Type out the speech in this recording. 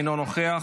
אינו נוכח,